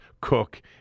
Cook